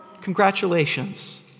congratulations